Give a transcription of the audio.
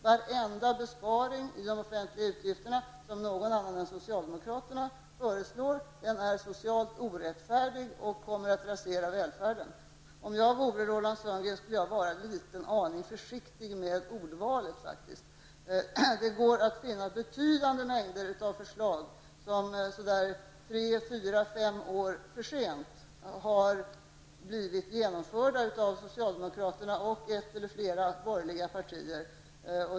Varenda besparing i de offentliga utgifterna som föreslås av någon annan än socialdemokraterna är socialt orättfärdig och kommer att rasera välfärden. Om jag vore Roland Sundgren skulle jag vara en aning försiktig med ordvalet. Det går att finna betydande mängder av förslag som tre, fyra eller fem år för sent har genomförts av socialdemokraterna tillsammans med ett eller flera borgerliga partier.